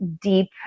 deep